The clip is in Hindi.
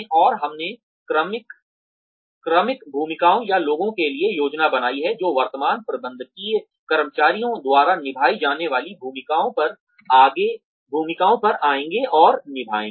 और हमने क्रमिक भूमिकाओं या लोगों के लिए योजना बनाई है जो वर्तमान प्रबंधकीय कर्मचारियों द्वारा निभाई जाने वाली भूमिकाओं पर आएँगे और निभाएंगे